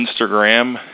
Instagram